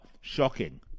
shocking